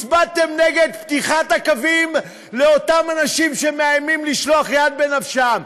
הצבעתם נגד פתיחת הקווים לאותם אנשים שמאיימים לשלוח יד בנפשם.